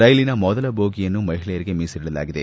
ಕೈಲಿನ ಮೊದಲ ಭೋಗಿಯನ್ನು ಮಹಿಳೆಯರಿಗೆ ಮೀಸಲಿಡಲಾಗಿದೆ